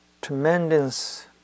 tremendous